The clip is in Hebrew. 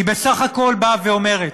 היא בסך הכול באה ואומרת: